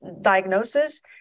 diagnosis